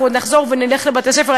אנחנו עוד נחזור ונלך לבתי-ספר,